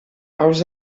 els